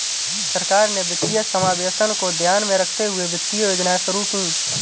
सरकार ने वित्तीय समावेशन को ध्यान में रखते हुए वित्तीय योजनाएं शुरू कीं